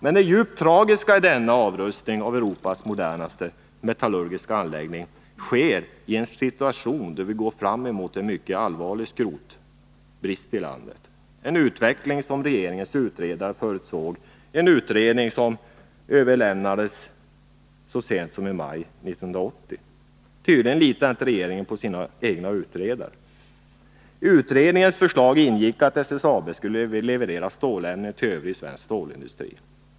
Men det djupt tragiska i denna avrustning av Europas modernaste metallurgiska anläggning är att den sker i en situation då vi går mot en mycket allvarlig skrotbrist i landet — en utveckling som regeringens utredare förutsåg redan i en utredning som överlämnades i maj 1980. Tydligen litar inte regeringen på sina egna utredare. I utredningens förslag ingick att SSAB skulle leverera stålämnen till övrig svensk stålindustri.